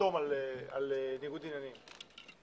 לחתום על ניגוד עניינים,